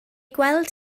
gweld